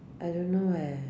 I don't know leh